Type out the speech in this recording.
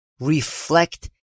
reflect